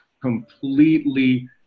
completely